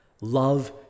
Love